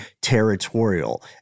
territorial